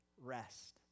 rest